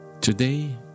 Today